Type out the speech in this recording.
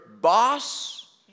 boss